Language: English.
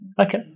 Okay